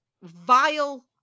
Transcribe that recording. vile